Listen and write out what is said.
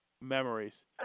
Memories